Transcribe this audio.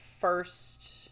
first